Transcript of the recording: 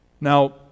Now